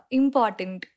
important